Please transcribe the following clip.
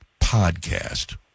Podcast